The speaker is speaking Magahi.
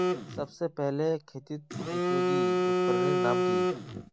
सबसे पहले खेतीत उपयोगी उपकरनेर नाम की?